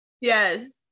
yes